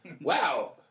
Wow